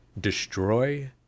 Destroy